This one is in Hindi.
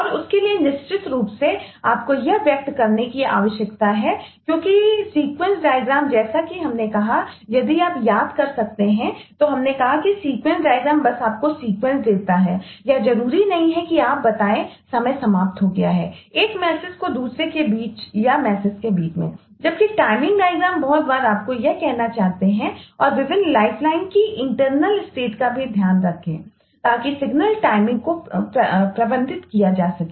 और उसके लिए निश्चित रूप से आपको यह व्यक्त करने की आवश्यकता है क्योंकि सीक्वेंस डायग्राम को प्रबंधित किया जा सके